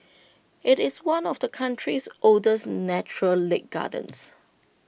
IT is one of the country's oldest natural lake gardens